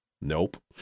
nope